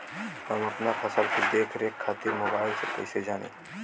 हम अपना फसल के देख रेख खातिर मोबाइल से कइसे जानी?